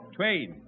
Twain